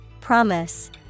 Promise